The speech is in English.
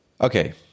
Okay